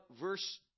verse